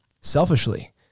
selfishly